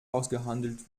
ausgehandelt